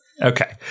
Okay